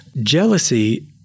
Jealousy